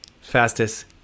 fastest